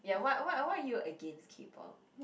ya what what why are you against K-Pop